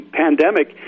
pandemic